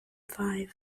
five